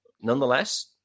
Nonetheless